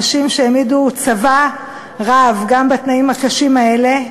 הנשים שהעמידו צבא רב גם בתנאים הקשים האלה.